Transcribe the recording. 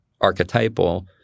archetypal